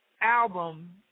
album